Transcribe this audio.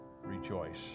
rejoice